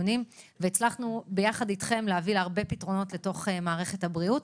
והצלחנו ביחד אתכם להביא הרבה פתרונות לתוך מערכת הבריאות.